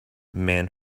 man